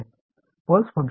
எனவே இதன் பொருள் என்ன